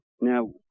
Now